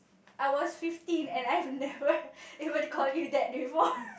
I was fifteen and I have never ever called you that before